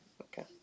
Okay